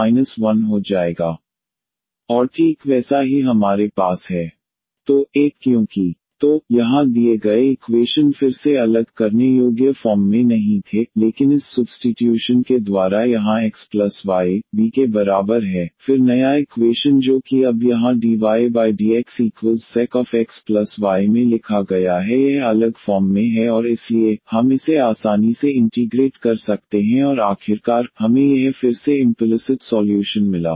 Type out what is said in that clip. तो 1 क्योंकि 1 12v2 dvdx v tan v2 xc Substitute vxy y tan xy2 c तो यहां दिए गए इक्वेशन फिर से अलग करने योग्य फॉर्म में नहीं थे लेकिन इस सुब्स्टीट्यूशन के द्वारा यहाँ x प्लस y v के बराबर है फिर नया इक्वेशन जो कि अब यहाँ dydxsec xy में लिखा गया है यह अलग फॉर्म में है और इसलिए हम इसे आसानी से इंटीग्रेट कर सकते हैं और आखिरकार हमें यह फिर से इम्पलिसिट सॉल्यूशन मिला